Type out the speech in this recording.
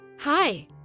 Hi